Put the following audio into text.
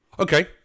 Okay